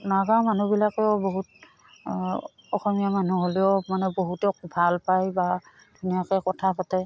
নাগা মানুহবিলাকেও বহুত অসমীয়া মানুহ হ'লেও মানে বহুতে ভাল পায় বা ধুনীয়াকৈ কথা পাতে